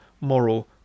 moral